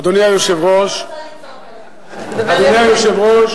אני לא רוצה לצעוק עליך, תדבר יפה.